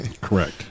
Correct